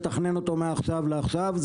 לתכנן אותו מעכשיו לעכשיו,